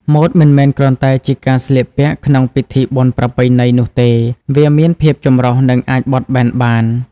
ម៉ូដមិនមែនគ្រាន់តែជាការស្លៀកពាក់ក្នុងពិធីបុណ្យប្រពៃណីនោះទេ វាមានភាពចម្រុះនិងអាចបត់បែនបាន។